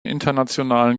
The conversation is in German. internationalen